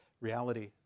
reality